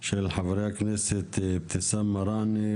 של חברי הכנסת אבתיסאם מראענה,